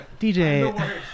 DJ